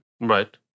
Right